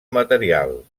material